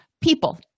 People